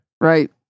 Right